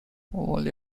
only